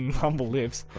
humble lips.